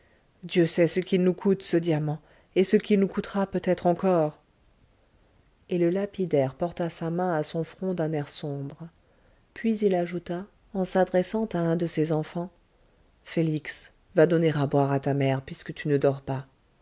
dieu sait ce qu'il nous coûte ce diamant et ce qu'il nous coûtera peut-être encore et le lapidaire porta sa main à son front d'un air sombre puis il ajouta en s'adressant à un de ses enfants félix va donner à boire à ta mère puisque tu ne dors pas